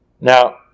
Now